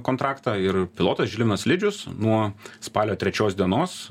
kontraktą ir pilotas žilvinas lidžius nuo spalio trečios dienos